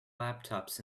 laptops